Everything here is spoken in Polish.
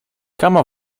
kama